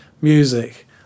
music